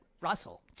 Russell